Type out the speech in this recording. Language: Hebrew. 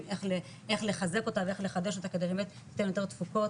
איך לחזק אותה ואיך לחדש אותה כדי באמת לתת יותר תפוקות,